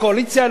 לקואליציה,